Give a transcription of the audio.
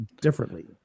differently